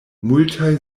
multaj